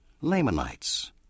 Lamanites